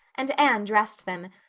and anne dressed them,